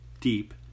deep